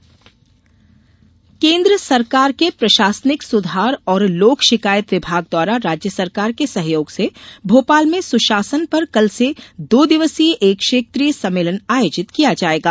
क्षेत्रीय सम्मेलन केन्द्र सरकार के प्रशासनिक सुधार और लोक शिकायत विभाग द्वारा राज्य सरकार के सहयोग से भोपाल में सुशासन पर कल से दो दिवसीय एक क्षेत्रीय सम्मेलन आयोजित किया जाएगा